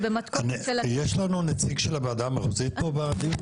יש לנו נציג של הוועדה המחוזית פה בדיון?